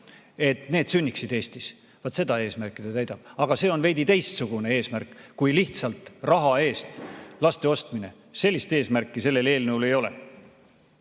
et need sünniksid Eestis. Vaat seda eesmärki see täidab. Aga see on veidi teistsugune eesmärk kui lihtsalt raha eest laste ostmine. Sellist eesmärki sellel eelnõul ei ole.